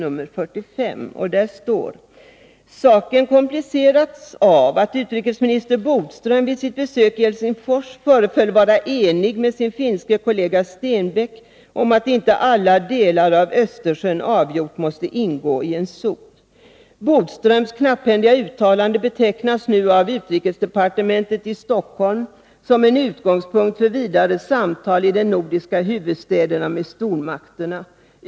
Där står bl.a. följande: ”Saken kompliceras av att utrikesminister Bodström vid sitt besök i Helsingfors föreföll vara enig med sin finske kollega Stenbäck om att inte alla delar av Östersjön avgjort måste ingå i en zon. —-—-- Bodströms knapphändiga uttalande betecknas nu av utrikesdepartementet i Stockholm som en utgångspunkt för vidare samtal i de nordiska huvudstäderna och med stormakterna.